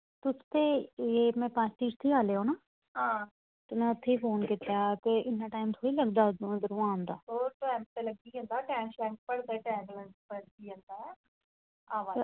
तुस ते एह् मैं पंजतीर्थी आह्ले ओ ना हां ते मैं उत्थे फोन कीत्ता ते इन्ना टैम थोह्ड़ा लगदा उद्धरों आन दा